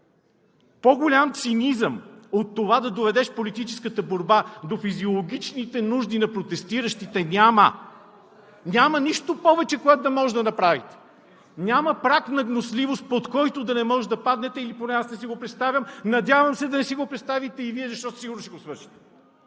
По-голям цинизъм от това да доведеш политическата борба до физиологичните нужди на протестиращите няма! Няма нищо повече, което да може да направите! Няма праг на гнусливост, под който да не може да паднете или поне аз не си го представям. Надявам се да не си го представите и Вие, защото сигурно ще го свършите.